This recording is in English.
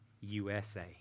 USA